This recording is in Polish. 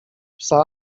psa